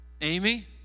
Amy